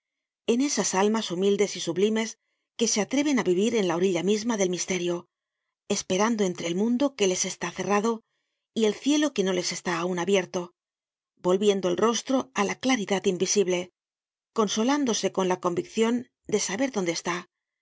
en esas almas humildes y sublimes que se atreven á vivir en la orilla misma del misterio esperando entre el mundo que les está cerrado y el cielo que no les está aun abierto volviendo el rostro á la claridad invisible consolándose con la conviccion de saber donde está